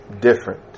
different